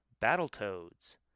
Battletoads